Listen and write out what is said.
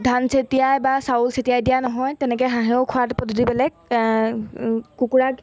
ধান চটিয়াই বা চাউল চটিয়াই দিয়া নহয় তেনেকৈ হাঁহেও খোৱাটো বেলেগ কুকুৰাক